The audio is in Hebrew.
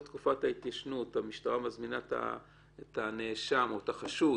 תקופת ההתיישנות המשטרה מזמינה את הנאשם או את החשוד